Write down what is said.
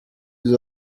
nous